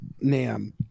NAM